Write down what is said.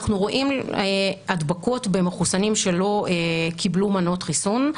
אנחנו רואים הדבקות במחוסנים שלא קיבלו מנות חיסון.